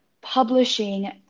publishing